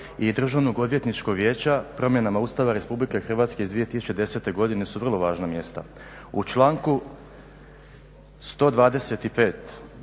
i Državno odvjetničkog vijeća promjenama Ustava Republike Hrvatske iz 2010. godine su vrlo važna mjesta. U članku 125.